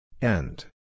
End